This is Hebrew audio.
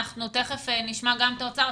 אנחנו תיכף נשמע גם את האוצר.